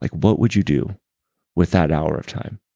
like what would you do with that hour of time?